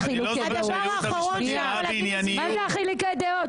אני לא זוכר שהייעוץ המשפטי ראה בענייניות --- מה זה חילוקי דעות?